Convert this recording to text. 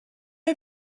you